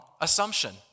assumption